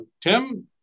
Tim